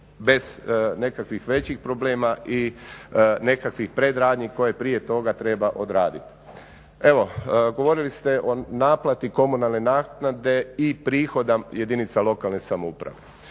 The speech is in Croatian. bez nekakvih većih problema i nekakvih predradnji koje prije toga treba odraditi. Evo, govorili ste o naplati komunalne naknade i prihoda jedinica lokalne samouprave.